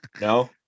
No